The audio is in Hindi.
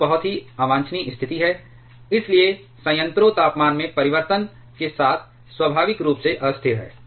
जो बहुत ही अवांछनीय स्थिति है इसलिए संयंत्रों तापमान में परिवर्तन के साथ स्वाभाविक रूप से अस्थिर है